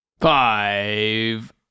five